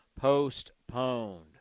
postponed